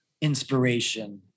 inspiration